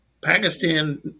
Pakistan